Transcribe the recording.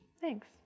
Thanks